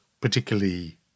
particularly